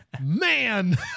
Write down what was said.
Man